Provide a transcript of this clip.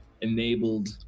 enabled